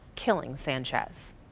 killing sanchez.